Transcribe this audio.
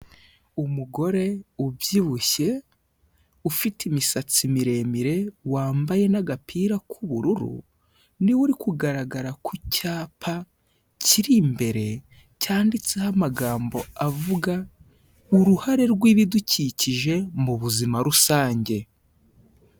Umugore ubyibushye, ufite imisatsi miremire wambaye n'agapira k'ubururu, ni we uri kugaragara ku cyapa kiri imbere, cyanditseho amagambo avuga uruhare rw'ibidukikije mu buzima rusange.